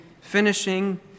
finishing